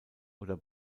oder